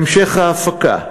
המשך ההפקה.